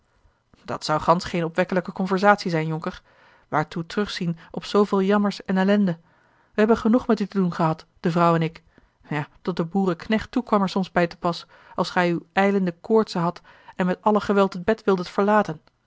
dat zou gansch geene opwekkelijke conversatie zijn jonker waartoe terugzien op zooveel jammers en ellende wij hebben genoeg met u te doen gehad de vrouw en ik ja tot de boerenknecht toe kwam er soms bij te pas als gij uwe ijlende koortsen hadt en met alle geweld het bed wildet verlaten